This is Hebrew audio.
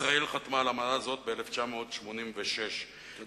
ישראל חתמה על אמנה זו בשנת 1986. תודה.